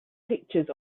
pictures